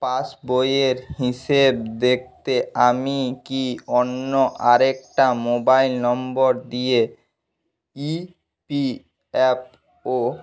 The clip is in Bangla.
পাসবইয়ের হিসেব দেখতে আমি কি অন্য আরেকটা মোবাইল নম্বর দিয়ে ই পি এফ ও